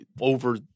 over